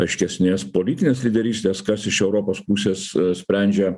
aiškesnės politinės lyderystės kas iš europos pusės sprendžia